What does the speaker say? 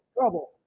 trouble